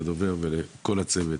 הדובר ולכל הצוות.